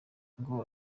ngo